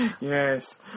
yes